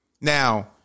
Now